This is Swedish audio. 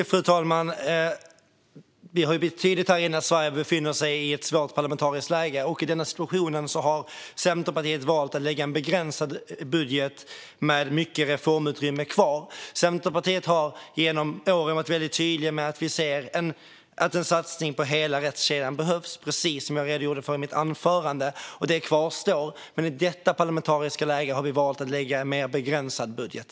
Fru talman! Det har ju blivit tydligt här i kammaren att Sverige befinner sig i ett svårt parlamentariskt läge. I denna situation har Centerpartiet valt att lägga fram en begränsad budget med mycket reformutrymme kvar. Centerpartiet har genom åren varit väldigt tydliga med att vi anser att en satsning på hela rättskedjan behövs, precis som jag redogjorde för i mitt anförande, och det kvarstår. Men i detta parlamentariska läge har vi valt att lägga fram en mer begränsad budget.